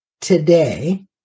today